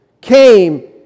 came